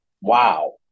Wow